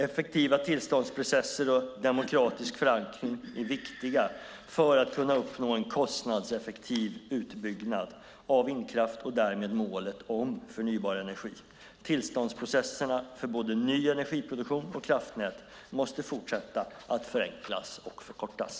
Effektiva tillståndsprocesser och demokratisk förankring är viktiga för att kunna uppnå en kostnadseffektiv utbyggnad av vindkraft och därmed målet om förnybar energi. Tillståndsprocesserna för både ny energiproduktion och kraftnät måste fortsätta att förenklas och förkortas.